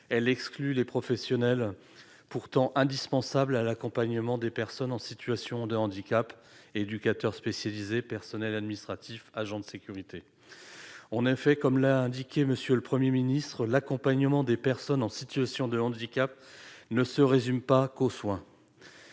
elles excluent des professionnels pourtant indispensables à l'accompagnement des personnes en situation de handicap, tels que les éducateurs spécialisés, les personnels administratifs, les agents de sécurité. Comme l'a indiqué M. le Premier ministre, « l'accompagnement des personnes en situation de handicap ne se résume pas aux soins